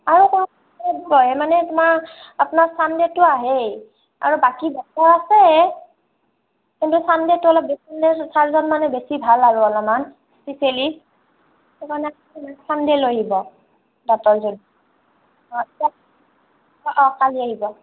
মই মানে তোমাক আপোনাক ছাণ্ডেটো আহেই আৰু বাকী ডক্টৰ আছে কিন্তু ছাণ্ডেটো অলপ বেছি চাৰিজন মানে বেছি ভাল আৰু অলপমান সেইকাৰণে ছাণ্ডে লৈ আহিব দাঁতৰ যদি অ' কালি আহিব